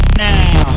now